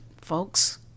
folks